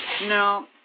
No